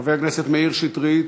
חבר הכנסת מאיר שטרית.